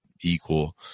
equal